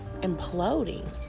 imploding